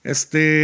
Este